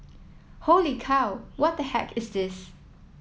holy cow what the heck is this